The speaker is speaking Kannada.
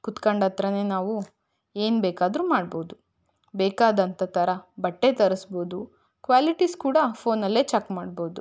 ಕುತ್ಕೊಂಡತ್ರನೇ ನಾವು ಏನ್ಬೇಕಾದ್ರೂ ಮಾಡ್ಬೌದು ಬೇಕಾದಂಥ ಥರ ಬಟ್ಟೆ ತರಸ್ಬೌದು ಕ್ವಾಲಿಟಿಸ್ ಕೂಡ ಫೋನಲ್ಲೇ ಚೆಕ್ ಮಾಡ್ಬೌದು